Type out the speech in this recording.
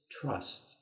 trust